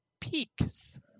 peaks